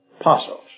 apostles